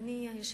אדוני היושב-ראש,